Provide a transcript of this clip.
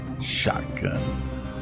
shotgun